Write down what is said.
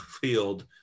Field